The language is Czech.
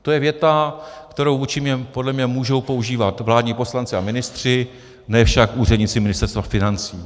To je věta, kterou podle mě mohou používat vládní poslanci a ministři, ne však úředníci Ministerstva financí.